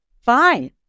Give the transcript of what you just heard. fine